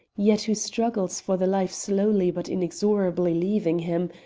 yet who struggles for the life slowly but inexorably leaving him,